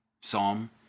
Psalm